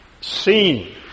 seen